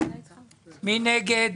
מי נגד?